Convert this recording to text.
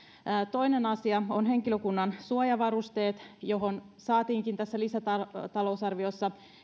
toinen asia on henkilökunnan suojavarusteet joihin saatiinkin tässä lisätalousarviossa